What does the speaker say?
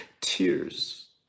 Tears